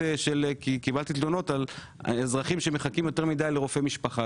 קיבלתי תלונות מאזרחים שמחכים יותר מדי לרופא משפחה,